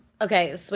Okay